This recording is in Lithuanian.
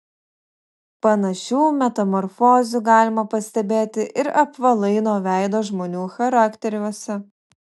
panašių metamorfozių galima pastebėti ir apvalaino veido žmonių charakteriuose